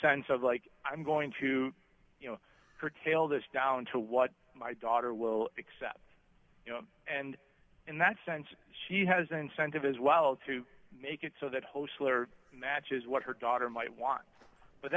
sense of like i'm going to you know her tail this down to what my daughter will accept you know and in that sense she has incentive as well to make it so that host later matches what her daughter might want but